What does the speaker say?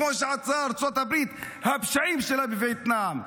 כמו שעשתה ארצות הברית את הפשעים שלה בווייטנאם,